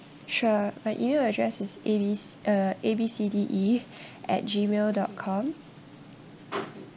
sure my email address is A B C uh A B C D E at gmail dot com